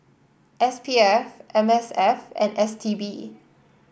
S P F M S F and S T B